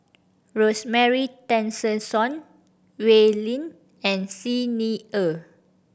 Rosemary Tessensohn Wee Lin and Xi Ni Er